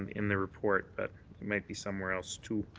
um in the report. but it might be somewhere else too.